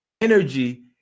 energy